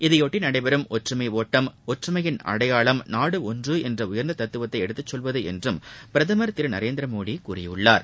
இதையொட்டி நடக்கும் ஒற்றுமை ஒட்டம் ஒற்றுமையின் அடையாளம் நாடு ஒன்று என்ற உயர்ந்த தத்துவத்தை எடுத்து சொல்வது என்றும் பிரதமர் திரு நரேந்திரமோடி கூறியுள்ளார்